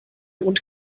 und